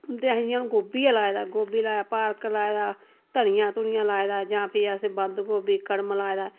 ते अहें जियां गोभी गै लाए दा गोभी लाया पालक लाए दा धनिया धुनिया लाएदा जां फिर असें बंद गोभी कड़म लाए दा